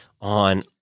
on